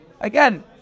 Again